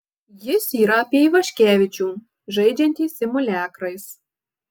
jis yra apie ivaškevičių žaidžiantį simuliakrais